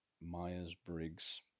Myers-Briggs